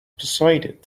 persuaded